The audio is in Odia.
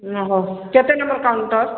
ଓହୋ କେତେ ନମ୍ବର କାଉଣ୍ଟର୍